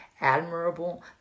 admirable